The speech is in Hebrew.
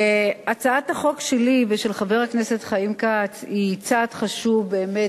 הצעת החוק שלי ושל חבר הכנסת חיים כץ היא צעד חשוב באמת